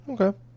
Okay